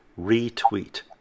Retweet